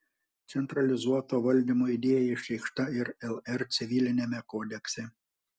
centralizuoto valdymo idėja išreikšta ir lr civiliniame kodekse